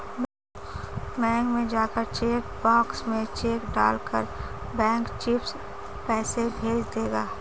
bank में जाकर cheque box में चेक डाल कर बैंक चिप्स पैसे भेज देगा